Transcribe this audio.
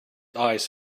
eyes